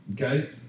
Okay